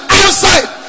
outside